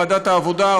ועדת העבודה,